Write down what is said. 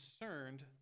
concerned